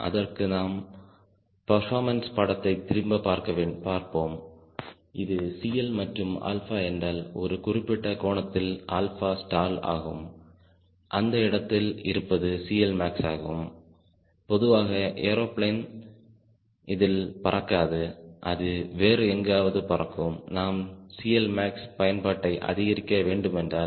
அதற்கு நாம் பர்பாமன்ஸ் பாடத்தை திரும்ப பார்ப்போம் இது CL மற்றும் ஆல்ஃபா என்றால் ஒரு குறிப்பிட்ட கோணத்தில் ஆல்ஃபா ஸ்டால் ஆகும் அந்த இடத்தில் இருப்பது CLmax ஆகும் பொதுவாக ஏரோபிளேன் இதில் பறக்காது அது வேறு எங்காவது பறக்கும் நாம் CLmax பயன்பாட்டை அதிகரிக்க வேண்டுமென்றால்